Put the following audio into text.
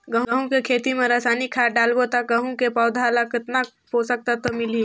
गंहू के खेती मां रसायनिक खाद डालबो ता गंहू के पौधा ला कितन पोषक तत्व मिलही?